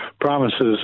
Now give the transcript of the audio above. promises